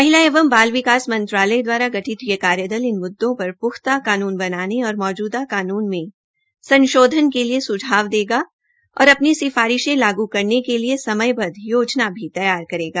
महिला एवं बाल विकास मंत्रालय द्वारा गठित यह कार्यदल इन मुद्दों पर पुख्ता कानून बनाने और मौजूदा कानून में संशोधन के लिए सुझाव देगा और अपनी सिफारिशें लागू करने के लिए समयबद्ध योजना भी तैयार करेगा